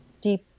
deep